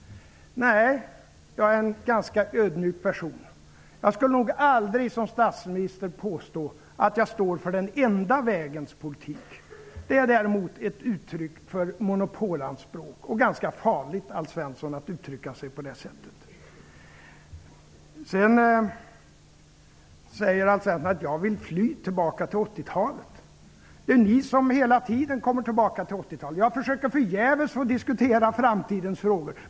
Nej, jag är en ganska ödmjuk person. Jag skulle nog aldrig som statsminister påstå att jag står för den enda vägens politik, vilket däremot är ett uttryck för monopolanspråk. Det är ganska farligt, Alf Svensson, att uttrycka sig på det sättet. Alf Svensson säger att jag vill fly tillbaka till 80 talet. Det är ju ni som hela tiden kommer tillbaka till 80-talet. Jag försöker förgäves att få diskutera framtidens frågor.